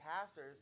pastors